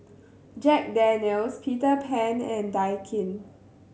Jack Daniel's Peter Pan and Daikin